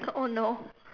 oh no